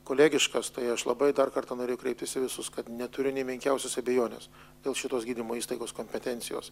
kolegiškas tai aš labai dar kartą noriu kreiptis į visus kad neturiu nė menkiausios abejonės dėl šitos gydymo įstaigos kompetencijos